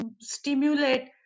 stimulate